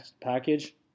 package